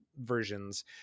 versions